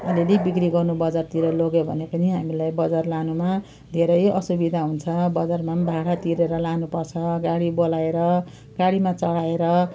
अलिअलि बिक्री गर्नु बजारतिर लगे भने पनि हामीलाई बजार लानुमा धेरै असुविधा हुन्छ बजारमा पनि भाडा तिरेर लानुपर्छ गाडी बोलाएर गाडीमा चढाएर